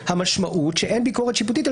המשמעות היא שאין ביקורת שיפוטית על